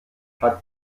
hat